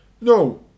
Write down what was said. no